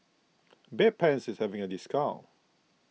Bedpans is having a discount